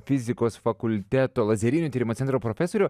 fizikos fakulteto lazerinių tyrimų centro profesorių